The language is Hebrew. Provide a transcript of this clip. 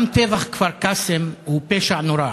גם טבח כפר-קאסם הוא פשע נורא.